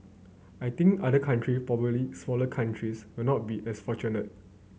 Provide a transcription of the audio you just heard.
I think other country particularly smaller countries will not be as fortunate